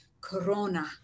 Corona